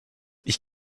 ich